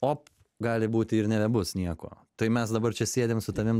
op gali būti ir nebebus nieko tai mes dabar čia sėdim su tavim